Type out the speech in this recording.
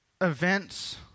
events